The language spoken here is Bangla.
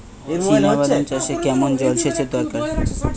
চিনাবাদাম চাষে কেমন জলসেচের দরকার?